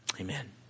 Amen